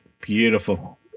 Beautiful